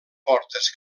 fortes